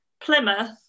Plymouth